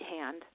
hand